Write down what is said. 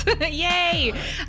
yay